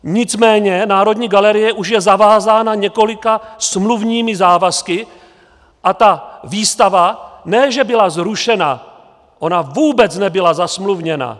Nicméně Národní galerie už je zavázána několika smluvními závazky a ta výstava ne že byla zrušena, ona vůbec nebyla zasmluvněna.